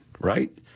right